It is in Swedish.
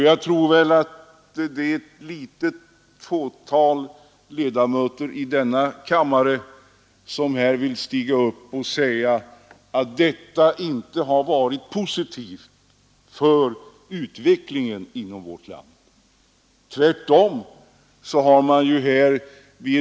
Jag tror också att nästan samtliga ledamöter i denna kammare inser värdet av en sådan principiell inställning från den fackliga rörelsens sida.